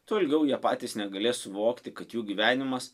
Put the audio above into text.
tuo ilgiau jie patys negalės suvokti kad jų gyvenimas